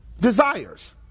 desires